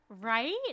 Right